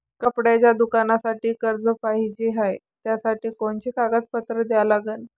कपड्याच्या दुकानासाठी कर्ज पाहिजे हाय, त्यासाठी कोनचे कागदपत्र द्या लागन?